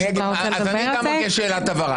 גם אני רוצה שאלת הבהרה.